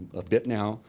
a bit now,